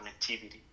connectivity